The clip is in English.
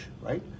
right